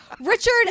Richard